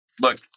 Look